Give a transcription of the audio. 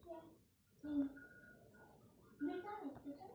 ನನ್ನ ತಮ್ಮಗ ಹೆಚ್ಚಿನ ವಿದ್ಯಾಭ್ಯಾಸಕ್ಕ ನಿಮ್ಮ ಬ್ಯಾಂಕ್ ದಾಗ ಸಾಲ ಸಿಗಬಹುದೇನ್ರಿ?